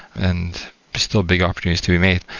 and still big opportunities to be made.